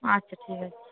আচ্ছা ঠিক আছে